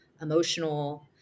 emotional